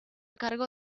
cargo